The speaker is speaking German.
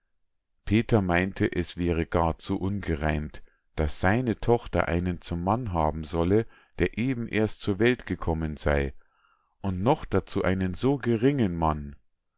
peter meinte es wäre gar zu ungereimt daß seine tochter einen zum mann haben solle der eben erst zur welt gekommen sei und noch dazu einen so geringen mann